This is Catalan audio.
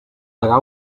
degà